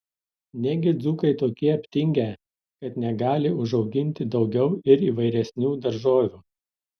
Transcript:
negi dzūkai tokie aptingę kad negali užauginti daugiau ir įvairesnių daržovių